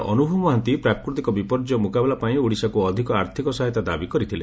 ବିଜେଡ଼ିର ଅନୁଭବ ମହାନ୍ତି ପ୍ରାକୃତିକ ବିପର୍ଯ୍ୟ ମୁକାବିଲା ପାଇଁ ଓଡ଼ିଶାକୁ ଅଧିକ ଆର୍ଥିକ ସହାୟତା ଦାବି କରିଥିଲେ